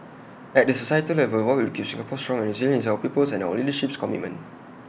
at the societal level what will keep Singapore strong and resilient is our people's and our leadership's commitment